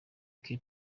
que